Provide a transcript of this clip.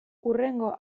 hurrengo